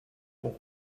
pour